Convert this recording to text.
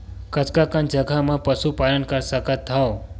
कतका कन जगह म पशु पालन कर सकत हव?